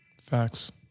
facts